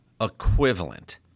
equivalent